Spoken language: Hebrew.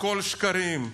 הכול שקרים.